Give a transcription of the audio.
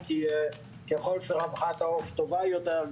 כי ככל שרווחת העוף טובה יותר,